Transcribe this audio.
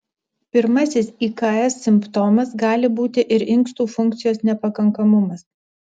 pirmasis iks simptomas gali būti ir inkstų funkcijos nepakankamumas